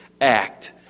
act